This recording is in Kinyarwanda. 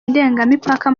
ndengamipaka